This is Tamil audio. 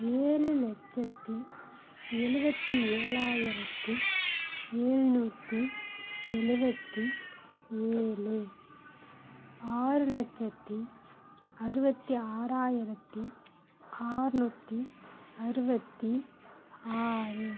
ஏழு லட்சத்தி எழுபத்தி ஏழாயிரத்தி எழ்நூத்தி எழுபத்தி ஏழு ஆறு லட்சத்தி அறுபத்தி ஆறாயிரத்தி அறுநூத்தி அறுபத்தி ஆறு